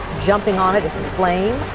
jumping on it. it's aflame.